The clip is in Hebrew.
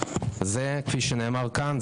כפי שנאמר כאן,